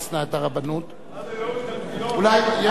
אל תעשה מזה עסק.